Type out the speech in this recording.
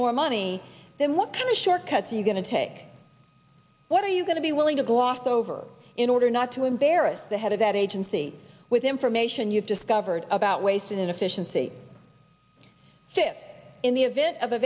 more money then look at the short cuts are you going to take what are you going to be willing to gloss over in order not to embarrass the head of that agency with information you've discovered about waste and inefficiency fit in the event of a